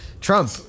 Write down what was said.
Trump